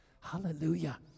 Hallelujah